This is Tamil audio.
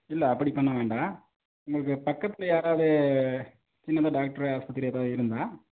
இல்லை அப்படி பண்ண வேண்டாம் உங்களுக்கு பக்கத்தில் யாராவது சின்னதாக டாக்ட்ரு ஆஸ்பத்திரி எதாவது இருந்தால்